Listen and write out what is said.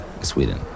Sweden